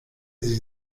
sie